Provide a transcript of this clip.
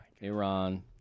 Iran